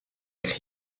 zich